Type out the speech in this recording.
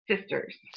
sisters